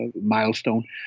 milestone